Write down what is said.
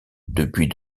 depuis